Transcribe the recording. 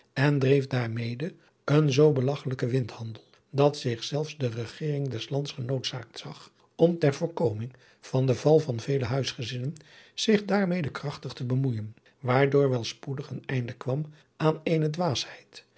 en dreef daarmede een zoo belagchelijken windhandel dat zich zelfs de regering des lands genood zaakt zag om ter voorkoming van den val van vele huisgezinnen zich daarmede krachtig te bemoeijen waardoor wel spoedig een einde kwam aan